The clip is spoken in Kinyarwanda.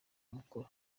mukuru